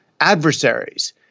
adversaries